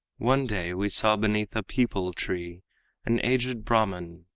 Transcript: one day we saw beneath a peepul-tree an aged brahman,